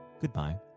goodbye